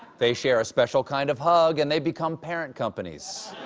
they share a special kind of hug and they become parent companies.